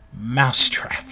mousetrap